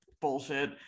Bullshit